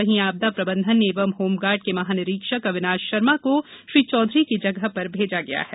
वहीं आपदा प्रबंधन एवं होमगार्ड के महानिरीक्षक अविनाश शर्मा को श्री चौधरी की जगह पर भेजा गया है